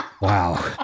Wow